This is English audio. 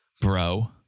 bro